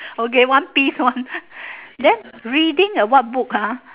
okay one piece one then reading a what book ah